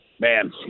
Man